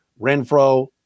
Renfro